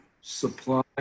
supply